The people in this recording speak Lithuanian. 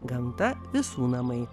gamta visų namai